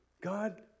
God